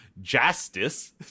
justice